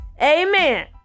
Amen